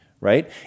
Right